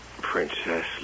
Princess